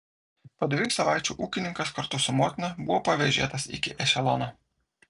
po dviejų savaičių ūkininkas kartu su motina buvo pavėžėtas iki ešelono